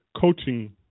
coaching